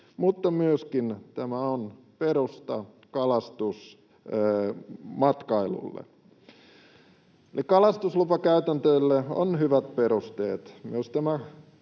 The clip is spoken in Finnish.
mutta myöskin tämä on perusta kalastusmatkailulle. Kalastuslupakäytänteille on hyvät perusteet.